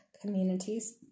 communities